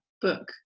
book